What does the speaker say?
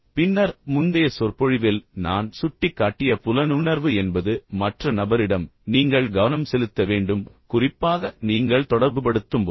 பின்னர் முந்தைய சொற்பொழிவில் நான் சுட்டிக்காட்டிய புலனுணர்வு என்பது மற்ற நபரிடம் நீங்கள் கவனம் செலுத்த வேண்டும் குறிப்பாக நீங்கள் தொடர்புபடுத்தும்போது